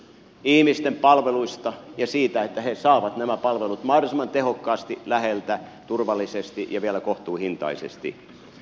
ihmisten palveluista ja siitä että he saavat nämä palvelut mahdollisimman tehokkaasti läheltä turvallisesti ja vielä kohtuuhintaisesti